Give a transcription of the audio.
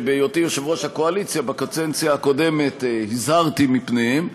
שבהיותי יושב-ראש הקואליציה בקדנציה הקודמת הזהרתי מפניהם.